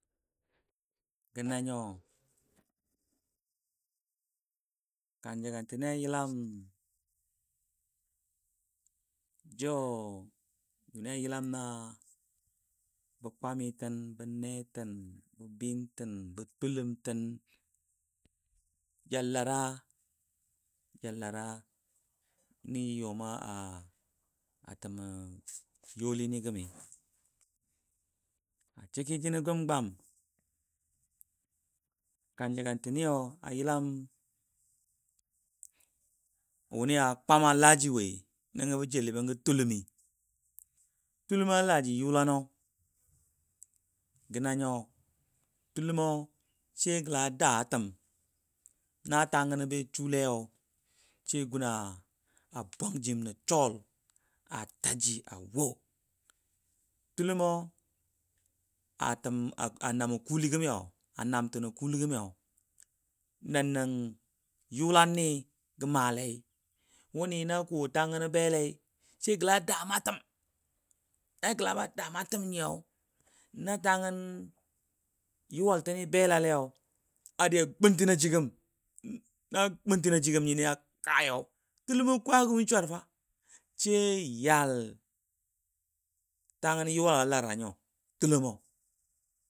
Gə na nyo kanjəlam tən ni a yilam ju juni a yilam na kwami tən, bə ne tən bə bɨɨn tən ja lara, ja lara ni ja youm atəmɔ youli ni gəmi aciki jino gəm gwam kanjala tin ni wuni kwama laji woi nən go bə jele bəngo tʊlʊmi, tʊkʊmɔ laji yula no gə na nyo tʊlʊmo se gəla dama tam na tangəno ba sulei se gun a bwang jim nə sʊgʊl ataji a wɔ, tʊlʊmo a namɔ kuli gəmi nən nə yulan na kuwo tangə no belei se gəla dama təm na gəla ma dadama təm nyiu na tangən yuwal tən ni bela le yau adi a gun təgo jigəm, tʊlʊmɔ kwago win swar fa se yal tangən yuwalo a lara nyo, tʊlʊmɔ.